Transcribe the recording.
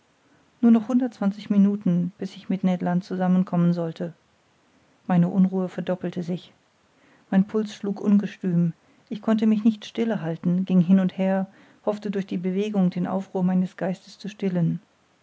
nur noch hundertundzwanzig minuten bis ich mit ned land zusammen kommen sollte meine unruhe verdoppelte sich mein puls schlug ungestüm ich konnte mich nicht stille halten ging hin und her hoffte durch die bewegung den aufruhr meines geistes zu stillen